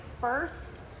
first